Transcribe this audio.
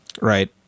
Right